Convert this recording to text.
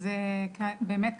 אז באמת,